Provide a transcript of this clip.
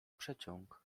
przeciąg